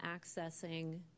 accessing